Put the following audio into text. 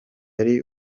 ari